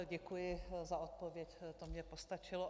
Děkuji za odpověď, to mně postačilo.